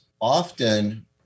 often